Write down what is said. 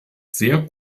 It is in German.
sehr